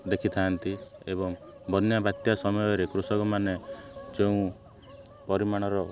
ଦେଖିଥାନ୍ତି ଏବଂ ବନ୍ୟା ବାତ୍ୟା ସମୟରେ କୃଷକମାନେ ଯେଉଁ ପରିମାଣର